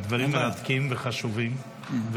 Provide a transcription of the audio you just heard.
הדברים מרתקים וחשובים,